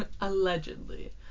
Allegedly